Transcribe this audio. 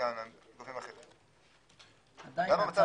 גופים אחרים, גם במצב היום.